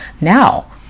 Now